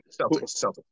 Celtics